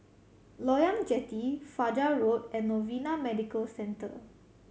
Loyang Jetty Fajar Road and Novena Medical Centre